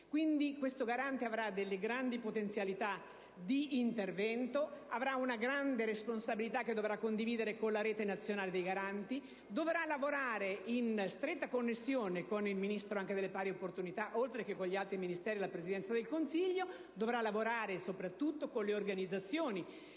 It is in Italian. Il Garante avrà delle grandi potenzialità di intervento, avrà una grande responsabilità che dovrà condividere con la rete nazionale dei garanti, dovrà lavorare in stretta connessione anche con il Ministro per le pari opportunità oltre che con gli altri Ministeri e la Presidenza del Consiglio, dovrà lavorare soprattutto con le organizzazioni